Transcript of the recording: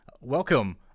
Welcome